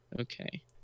okay